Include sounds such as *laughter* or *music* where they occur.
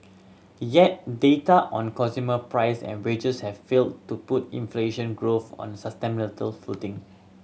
yet data on consumer price and wages have failed to put inflation growth on *unintelligible* footing